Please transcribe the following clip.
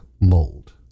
mold